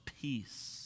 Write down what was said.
peace